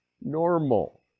normal